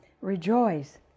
Rejoice